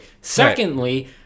secondly